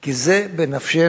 כי זה בנפשנו.